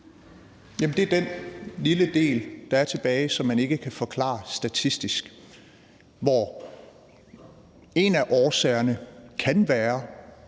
Det er den lille del, der er tilbage, som man ikke kan forklare statistisk, hvor en af årsagerne kan være